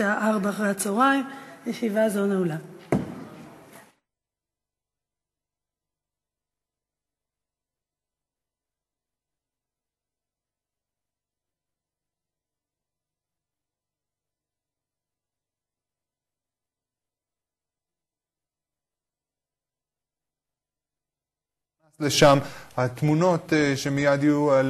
בשעה 16:00. ישיבה